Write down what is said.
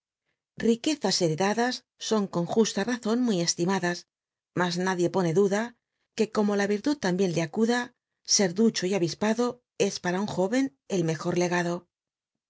as heredadas son con j ust lrazon muy cslim ndas las nadie pone duda que como in irltul l unbien le acuda ser du cho y a i paclo e para un jóven el mrjor legado